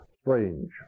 strange